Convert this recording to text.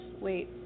Wait